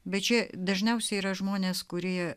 bet čia dažniausiai yra žmonės kurie